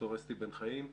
ד"ר אסתר בן חיים.